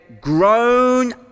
grown